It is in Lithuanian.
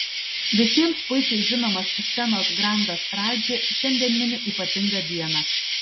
visiems puikiai žinomas scenos grandas radži šiandien mini ypatingą dieną